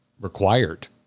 required